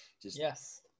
Yes